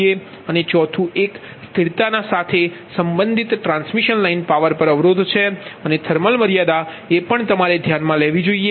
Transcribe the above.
અને ચોથું એક સ્થિરતા સાથે સંબંધિત ટ્રાન્સમિશન લાઇન પાવર પર અવરોધ છે અને થર્મલ મર્યાદા એ પણ તમારે ધ્યાનમાં લેવી જોઈએ